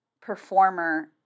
performer